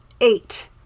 eight